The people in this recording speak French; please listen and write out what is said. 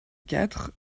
quatre